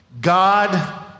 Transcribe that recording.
God